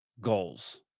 goals